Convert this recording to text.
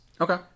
okay